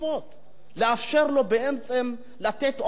לאפשר לו בעצם, לתת אורך נשימה.